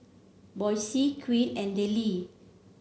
Boysie Quinn and Dellie